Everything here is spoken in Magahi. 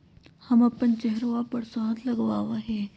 हम अपन चेहरवा पर शहद लगावा ही